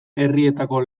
herrietako